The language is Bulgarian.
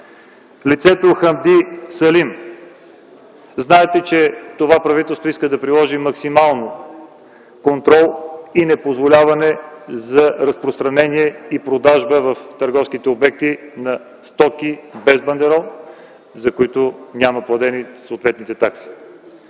лицето Хамди Салим. Знаете, че това правителство иска да приложи максимално контрол и не позволяване за разпространение и продажба в търговските обекти на стоки без бандерол, за които няма платени съответните такси.